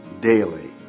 daily